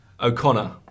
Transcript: O'Connor